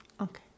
Okay